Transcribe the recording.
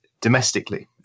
domestically